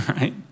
Right